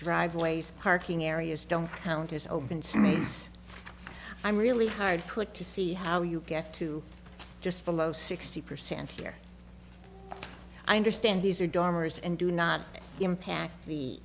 driveways parking areas don't count as open cities i'm really hard put to see how you get to just below sixty percent here i understand these are dormers and do not impact the